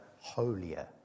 holier